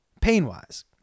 pain-wise